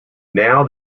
now